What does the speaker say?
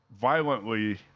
violently